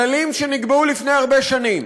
כללים שנקבעו לפני הרבה שנים.